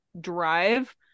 drive